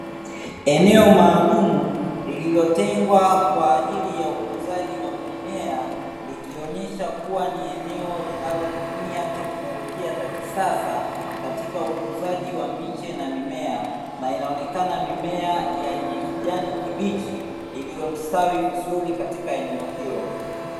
Eneo maalumu lililotengwa kwa ajili ya ukuzaji wa mimea likionesha kuwa ni eneo linalotumia tekinolojia za kisasa katika ukuzaji wa miche na mimea, na inaonekana mimea yenye kijani kibichi iliyostawi vizuri katika eneo hilo.